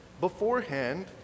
beforehand